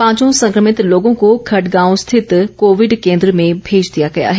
पांचों संक्रमित लोगों को खडड गांव स्थित कोविड केंद्र में भेज दिया गया हैं